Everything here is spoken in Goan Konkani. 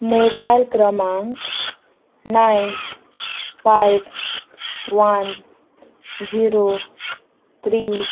मोबायल क्रमांक nine five one zero three